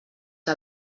que